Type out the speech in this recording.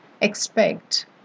expect